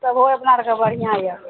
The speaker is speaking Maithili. तबो अपना आरके बढ़िआँ यऽ